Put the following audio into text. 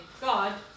God